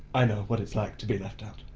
i know what it's like to be left out.